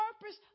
purpose